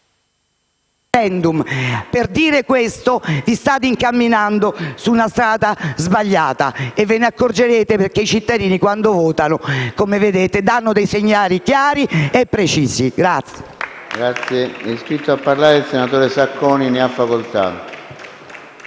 per dire questo, vi state incamminando su una strada sbagliata. E ve ne accorgerete, perché i cittadini quando votano, come vedete, danno segnali chiari e precisi.